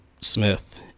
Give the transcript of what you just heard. Smith